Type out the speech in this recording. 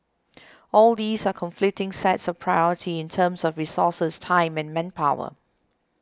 all these are conflicting sets of priority in terms of resources time and manpower